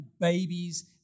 babies